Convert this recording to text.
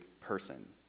person